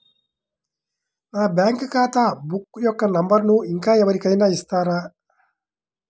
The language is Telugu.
నా బ్యాంక్ ఖాతా బుక్ యొక్క నంబరును ఇంకా ఎవరి కైనా ఇస్తారా?